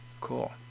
cool